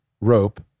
rope